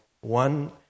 one